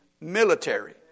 military